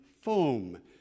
foam